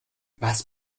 was